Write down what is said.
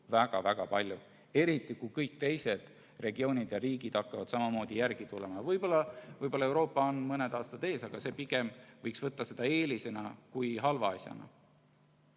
väga-väga palju, eriti kui kõik teised regioonid ja riigid hakkavad samamoodi järele tulema. Võib-olla Euroopa on mõne aasta teistest ees, aga seda võiks näha pigem eelise kui halva asjana.